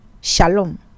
Shalom